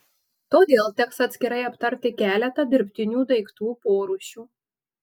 todėl teks atskirai aptarti keletą dirbtinių daiktų porūšių